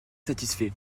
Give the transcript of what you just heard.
satisfait